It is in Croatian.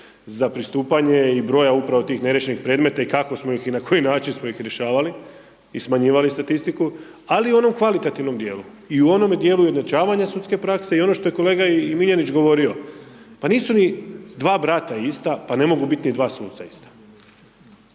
za pristupanje i broja upravo tih neriješenih predmeta i kako smo ih i na koji način smo ih rješavali i smanjivali statistiku, ali i u onom kvalitativnom dijelu i u onome dijelu ujednačavanja sudske prakse i ono što je kolega Miljenić govorio, pa nisu ni dva brata ista, pa ne mogu biti ni dva suca ista.